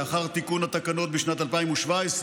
לאחר תיקון התקנות בשנת 2017,